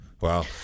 Wow